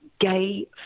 gay